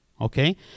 Okay